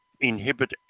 inhibit